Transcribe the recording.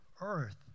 earth